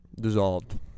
Dissolved